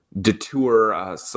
detour